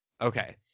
Okay